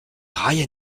raillait